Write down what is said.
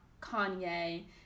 Kanye